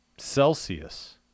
celsius